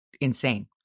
insane